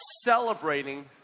celebrating